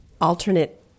alternate